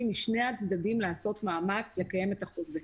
משני הצדדים לעשות מאמץ לקיים את החוזה.